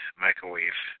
microwave